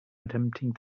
attempting